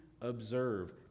observe